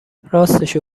راستشو